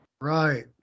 Right